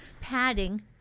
padding